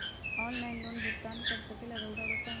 Online loan भुगतान कर सकेला राउआ बताई?